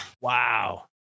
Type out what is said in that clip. wow